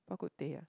Bak-Kut-Teh ah